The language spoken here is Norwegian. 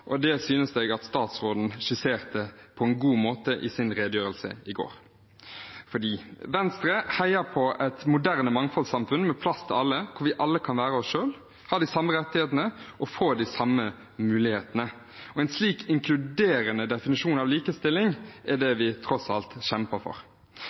og det synes jeg at statsråden skisserte på en god måte i sin redegjørelse i går. Venstre heier på et moderne mangfoldsamfunn med plass til alle, hvor vi alle kan være oss selv, ha de samme rettighetene og få de samme mulighetene. En slik inkluderende definisjon av likestilling er det vi, tross alt, kjemper for.